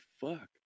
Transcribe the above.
fuck